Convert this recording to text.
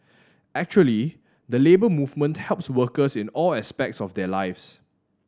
actually the Labour Movement helps workers in all aspects of their lives